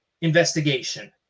investigation